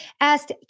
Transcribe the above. asked